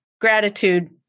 Gratitude